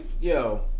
yo